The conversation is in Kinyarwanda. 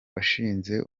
washinze